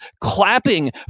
clapping